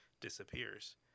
disappears